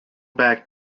back